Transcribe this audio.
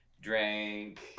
drank